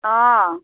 অঁ